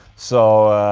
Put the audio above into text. so.